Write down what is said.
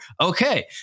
Okay